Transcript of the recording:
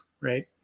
right